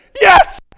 yes